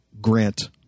grant